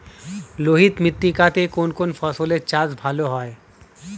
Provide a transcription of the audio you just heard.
লোহিত মৃত্তিকা তে কোন কোন ফসলের চাষ ভালো হয়?